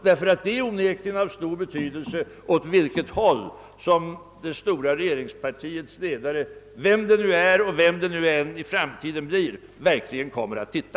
Det är onekligen av stor betydelse åt vilket håll det stora regeringspartiets ledare — vem det nu är och vem det i framtiden kommer att bli — verkligen kommer att blicka.